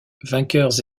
vainqueurs